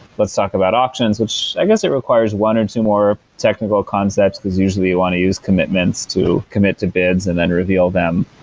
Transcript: let's talk about options, which i guess it requires one or two more technical concepts, because usually you want to use commitments to commit to bids and then reveal them.